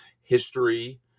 history